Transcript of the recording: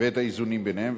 ואת האיזונים ביניהם,